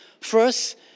First